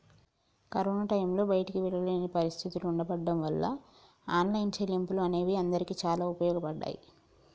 corona టైంలో బయటికి వెళ్ళలేని పరిస్థితులు ఉండబడ్డం వాళ్ళ ఆన్లైన్ చెల్లింపులు అనేవి అందరికీ చాలా ఉపయోగపడ్డాయి